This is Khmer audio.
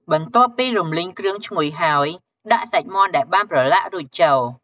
បន្ទាប់ពីរំលីងគ្រឿងឈ្ងុយហើយ ដាក់សាច់មាន់ដែលបានប្រឡាក់រួចចូល។